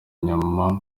inyuma